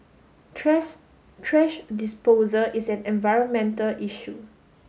trash disposal is an environmental issue